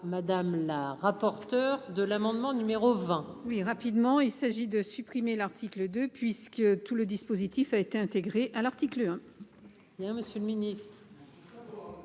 Madame la rapporteure de l'amendement numéro 20. Oui, rapidement, il s'agit de supprimer l'article de puisque tout le dispositif a été intégré à l'article 1. D'ailleurs, Monsieur le Ministre.